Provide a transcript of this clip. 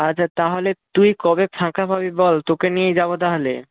আচ্ছা তাহলে তুই কবে ফাঁকা পাবি বল তোকে নিয়েই যাব তাহলে